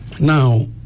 Now